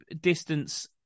distance